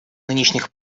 нынешних